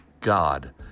God